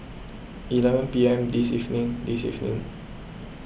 eleven P M this evening this evening